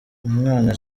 umwana